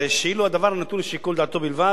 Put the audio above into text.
דעתו בלבד הוא היה תומך בהצעה בשתי ידיים.